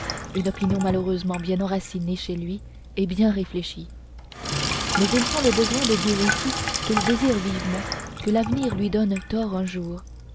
une opinion malheureusement bien enracinée chez lui et bien réfléchie mais il sent le besoin de dire ici qu'il désire vivement que l'avenir lui donne tort un jour